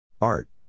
Art